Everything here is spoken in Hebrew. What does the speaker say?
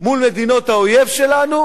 מול מדינות האויב שלנו,